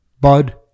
Bud